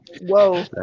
Whoa